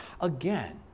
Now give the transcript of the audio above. again